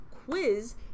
quiz